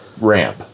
ramp